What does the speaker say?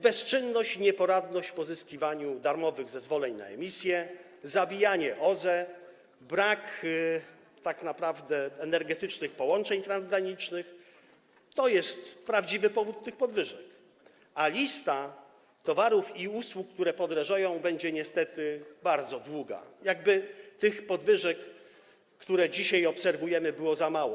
Bezczynność i nieporadność w pozyskiwaniu darmowych zezwoleń na emisję, zabijanie OZE, brak tak naprawdę energetycznych połączeń transgranicznych - to jest prawdziwy powód tych podwyżek, a lista towarów i usług, które podrożeją, będzie niestety bardzo długa, jakby tych podwyżek, które dzisiaj obserwujemy, było za mało.